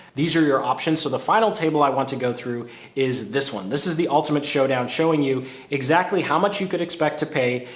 these are your options. so the final table i want to go through is this one. this is the ultimate showdown showing you exactly how much you could expect to pay.